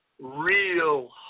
real